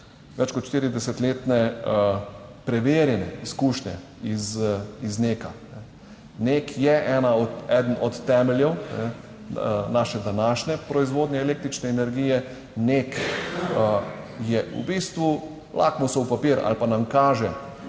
več kot 40-letne preverjene izkušnje iz NEK. NEK je ena, eden od temeljev, naše današnje proizvodnje električne energije. NEK je v bistvu lakmusov papir ali pa nam kaže,